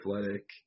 athletic